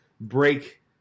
break